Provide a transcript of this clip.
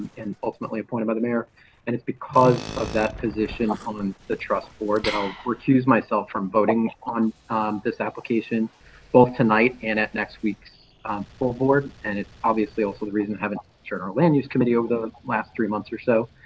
and ultimately appointed by the mayor and it's because of that position on the trust board that i'll excuse myself from voting on this application both tonight and at next week's full board. and it's obviously also, the reason having turner land use committee over the last three months or so,